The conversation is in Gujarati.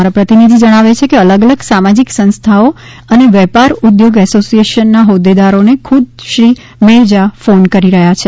અમારા પ્રતિનિધિ જણાવે છે કે અલગ અલગ સામાજિક સંસ્થાઓ અને વેપાર ઉદ્યોગ એસોસીએશન ના હોદ્દેદારો ને ખુદ શ્રી મેરજા ફોન કરી રહ્યા છે